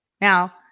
Now